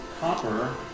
Copper